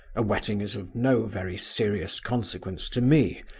a wetting is of no very serious consequence to me.